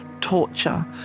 torture